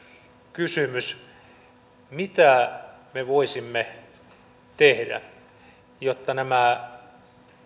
kysymys mitä me voisimme tehdä jotta nämä